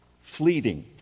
Fleeting